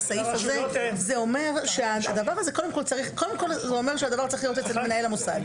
זה אומר שהדבר צריך להיות אצל מנהל המוסד.